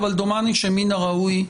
אבל דומני שמן הראוי,